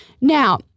Now